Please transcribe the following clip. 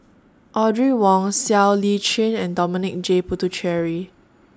Audrey Wong Siow Lee Chin and Dominic J Puthucheary